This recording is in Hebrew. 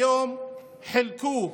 היום חילקו